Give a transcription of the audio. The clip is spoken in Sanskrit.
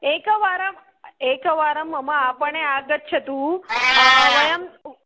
एकवारम् एकवारं मम आपणम् आगच्छतु वयं